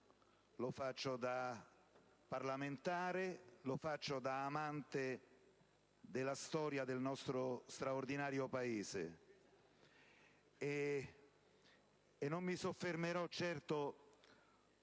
da italiano, da parlamentare, ed anche da amante della storia del nostro straordinario Paese. Non mi soffermerò certo